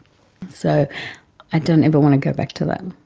so i don't ever want to go back to that.